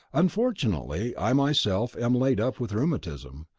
unfortunately i myself am laid up with rheumatism,